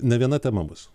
ne viena tema bus